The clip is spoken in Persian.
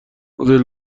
مدل